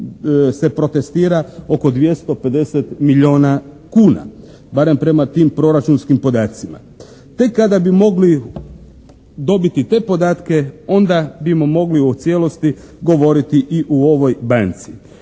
se protestira oko 250 milijuna kuna. Barem prema tim proračunskim podacima. Tek kada bi mogli dobiti te podatke onda bismo mogli u cijelosti govoriti i u ovoj banci.